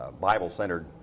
Bible-centered